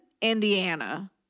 Indiana